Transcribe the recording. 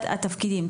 התפקידים,